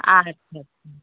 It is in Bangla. আচ্ছা আচ্ছা